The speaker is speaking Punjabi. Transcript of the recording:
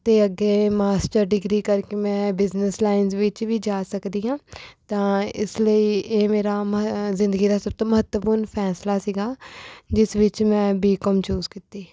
ਅਤੇ ਅੱਗੇ ਮਾਸਟਰ ਡਿਗਰੀ ਕਰਕੇ ਮੈਂ ਬਿਜ਼ਨੈਸ ਲਾਈਨਸ ਵਿੱਚ ਵੀ ਜਾ ਸਕਦੀ ਹਾਂ ਤਾਂ ਇਸ ਲਈ ਇਹ ਮੇਰਾ ਮ ਜ਼ਿੰਦਗੀ ਦਾ ਸਭ ਤੋਂ ਮਹੱਤਵਪੂਰਨ ਫ਼ੈਸਲਾ ਸੀਗਾ ਜਿਸ ਵਿੱਚ ਮੈਂ ਬੀ ਕੋਮ ਚੂਜ਼ ਕੀਤੀ